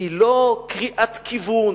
היא לא קריאת כיוון,